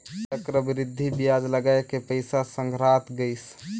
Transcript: चक्रबृद्धि बियाज लगाय के पइसा संघरात गइस